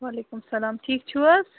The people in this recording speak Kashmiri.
وعلیکُم سلام ٹھیٖک چھُو حظ